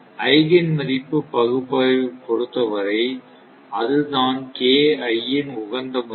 eigen மதிப்பு பகுப்பாய்வை பொறுத்த வரை அது தான் ன் உகந்த மதிப்பு